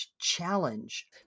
challenge